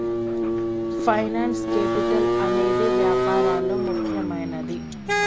finance capital అనేదే వ్యాపారాల్లో ముఖ్యమైనది